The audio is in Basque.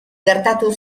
gertatu